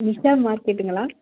நிஷா மார்க்கெட்டுங்களா